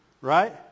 Right